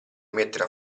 mettere